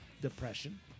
depression